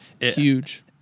huge